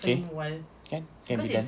okay can can be done